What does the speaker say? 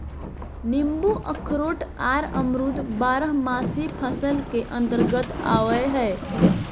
नींबू अखरोट आर अमरूद बारहमासी फसल के अंतर्गत आवय हय